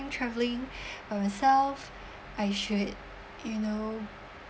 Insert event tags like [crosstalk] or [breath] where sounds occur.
travelling [breath] by myself I should you know